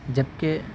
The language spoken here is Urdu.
جبکہ